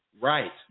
Right